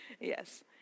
Yes